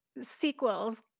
sequels